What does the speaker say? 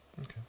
Okay